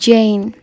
Jane